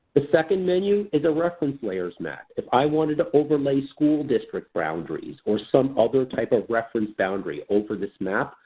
the second menu is a reference layers map. if i wanted to overlay school district boundaries, or some other type of reference boundary over this map,